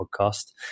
podcast